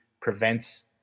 prevents